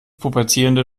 pubertierende